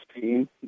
team